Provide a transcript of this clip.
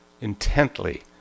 intently